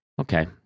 okay